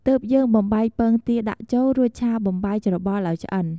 ទើបយើង បំបែកពងទាដាក់ចូល រួចឆាបំបែកច្របល់ឱ្យឆ្អិន។